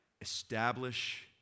Establish